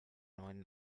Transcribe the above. neuen